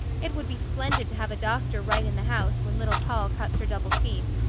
it would be splendid to have a doctor right in the house when little poll cuts her double teeth.